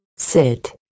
Sit